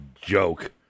joke